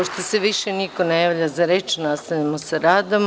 Pošto se više niko ne javlja za reč, nastavljamo sa radom.